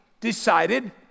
decided